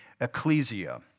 ecclesia